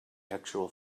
actual